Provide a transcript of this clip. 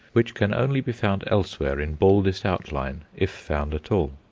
which can only be found elsewhere in baldest outline if found at all.